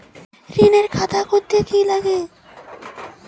ঋণের খাতা করতে কি লাগে?